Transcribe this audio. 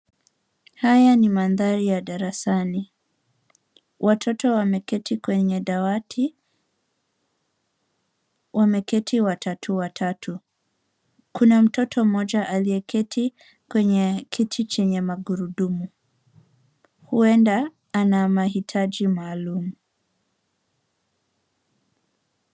Haya ni mandhari ya darasani. Watoto wameketi kwenye dawati, wameketi watatu watatu. Kuna mtoto mmoja aliyeketi kwenye kiti chenye magurudumu. Huenda ana mahitaji maalumu.